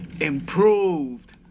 improved